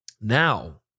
Now